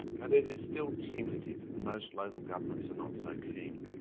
but it is still tentative and most local governments are not so keen.